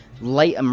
Light